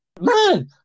man